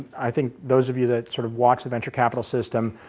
i think those of you that sort of watch the venture capital system,